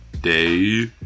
day